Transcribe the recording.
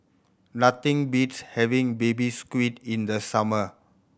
nothing beats having Baby Squid in the summer